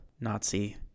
Nazi